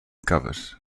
covers